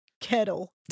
kettle